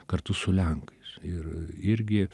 kartu su lenkais ir irgi